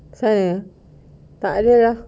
sana tak ada lah